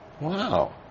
Wow